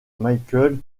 michael